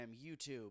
YouTube